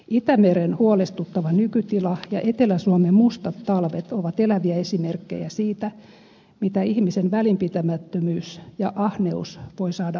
itämeren huolestuttava nykytila ja etelä suomen mustat talvet ovat eläviä esimerkkejä siitä mitä ihmisen välinpitämättömyys ja ahneus voivat saada aikaan